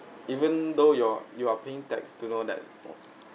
even though you're you are paying tax to know that's